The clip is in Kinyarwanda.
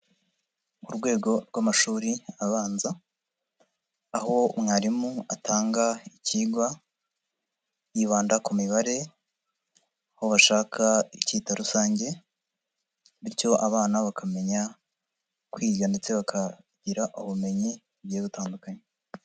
Mu rwego rw'amashuri abanza, aho mwarimu atanga ikigwa, yibanda ku mibare aho bashaka icyita rusange bityo abana bakamenya kwiga ndetse bakagira ubumenyi bwiza butandukanye.